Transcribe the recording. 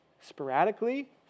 sporadically